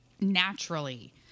naturally